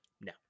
No